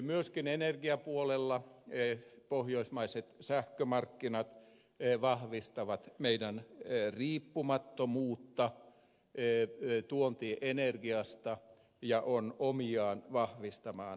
myöskin energiapuolella pohjoismaiset sähkömarkkinat vahvistavat meidän riippumattomuuttamme tuontienergiasta ja ovat omiaan vahvistamaan turvallisuutta